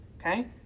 Okay